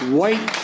white